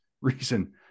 reason